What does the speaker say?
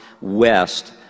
west